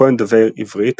כהן דובר עברית,